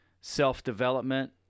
self-development